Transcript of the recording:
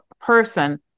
person